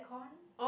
con